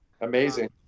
Amazing